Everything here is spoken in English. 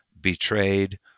betrayed